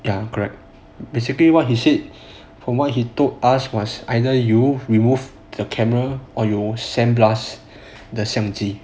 ya correct basically what he said from what he told us was either you remove the camera or you sand blast the 相机